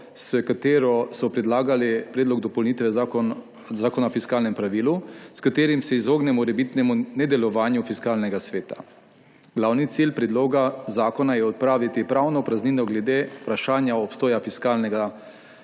s katero so predlagali predlog dopolnitve Zakona o fiskalnem pravilu, s katerim se izognemo morebitnemu nedelovanju Fiskalnega sveta. Glavni cilj predloga zakona je odpraviti pravno praznino glede vprašanja obstoja Fiskalnega